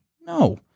No